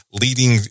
leading